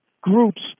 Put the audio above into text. groups